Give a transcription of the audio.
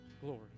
glory